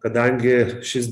kadangi šis